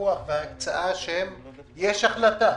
יש החלטה,